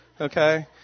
Okay